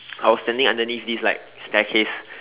I was standing underneath this like staircase